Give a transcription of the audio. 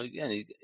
Again